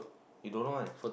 you don't know one